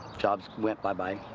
jobs went bye-bye.